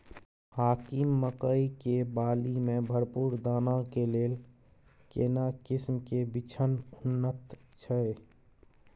हाकीम मकई के बाली में भरपूर दाना के लेल केना किस्म के बिछन उन्नत छैय?